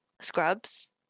scrubs